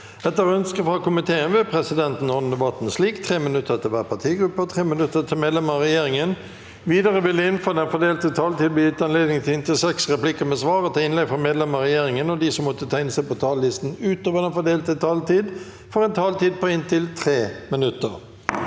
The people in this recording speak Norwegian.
forskningskomiteen vil presidenten ordne debatten slik: 3 minutter til hver partigruppe og 3 minutter til medlemmer av regjeringen. Videre vil det – innenfor den fordelte taletid – bli gitt anledning til inntil seks replikker med svar etter innlegg fra medlemmer av regjeringen, og de som måtte tegne seg på talerlisten utover den fordelte taletid, får også en taletid på inntil 3 minutter.